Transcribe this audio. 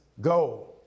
go